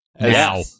now